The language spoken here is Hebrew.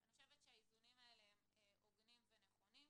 אני חושבת שהאיזונים האלה הם הוגנים ונכונים,